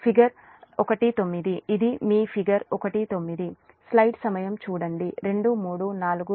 figure 19 ఇది మీ figure 19